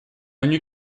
ogni